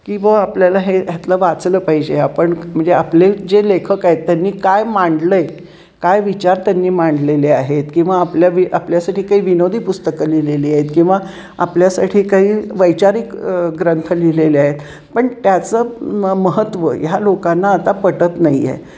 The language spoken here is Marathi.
की बुवा आपल्याला हे ह्यातलं वाचलं पाहिजे आपण म्हणजे आपले जे लेखक आहेत त्यांनी काय मांडलं आहे काय विचार त्यांनी मांडलेले आहेत किंवा आपल्या वि आपल्यासाठी काही विनोदी पुस्तकं लिहिलेली आहेत किंवा आपल्यासाठी काही वैचारिक ग्रंथ लिहिलेले आहेत पण त्याचं म महत्त्व ह्या लोकांना आता पटत नाही आहे